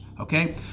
Okay